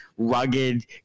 rugged